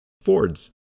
Ford's